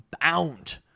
bound